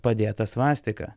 padėtą svastiką